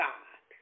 God